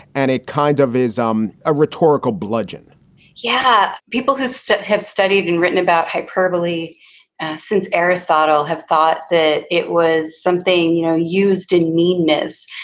and it kind of is um a rhetorical bludgeon yeah, people who have studied and written about hyperbole since aristotle have thought that it was something you know used in meanness.